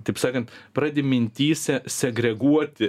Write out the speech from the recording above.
taip sakant pradedi mintyse segreguoti